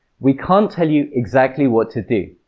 we can't tell you exactly what to do,